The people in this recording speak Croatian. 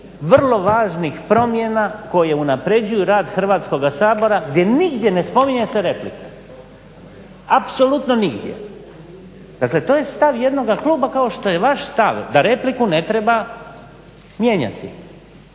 vrlo važnih promjena koje unapređuju rad Hrvatskoga sabora gdje nigdje ne spominju se replike, apsolutno nigdje. Dakle, to je stav jednoga kluba kao što je vaš stav da repliku ne treba mijenjati.